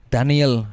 Daniel